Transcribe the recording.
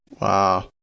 Wow